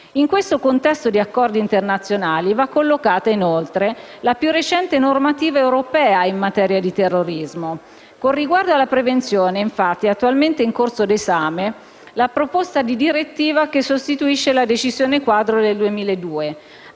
In questo contesto di accordi internazionali va collocata inoltre la più recente normativa europea in materia di terrorismo. Con riguardo alla prevenzione è attualmente in corso d'esame la proposta di direttiva che sostituisce la decisione quadro del 2002,